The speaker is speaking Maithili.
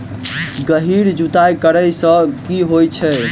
गहिर जुताई करैय सँ की होइ छै?